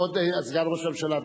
כבוד סגן ראש הממשלה,